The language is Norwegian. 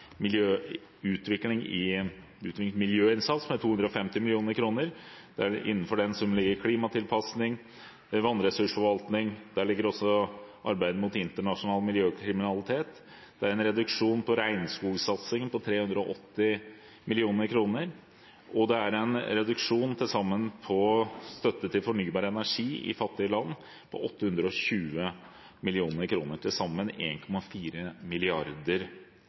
miljøinnsats, med 250 mill. kr. I den summen ligger klimatilpasning, vannressursforvaltning og også arbeidet mot internasjonal miljøkriminalitet. Det er en reduksjon i regnskogssatsing på 380 mill. kr og en reduksjon i støtte til fornybar energi i fattige land på til sammen 820 mill. kr – til sammen 1,4 mrd. kr. I fjor, ved opptakten til klimaforhandlingene i Lima, ble de fire